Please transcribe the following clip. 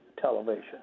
television